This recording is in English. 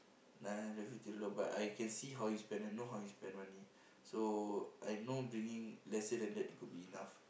nine hundred fifty dollar but I can see how you spend I know how you spend money so I know bringing lesser than that could be enough